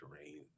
terrain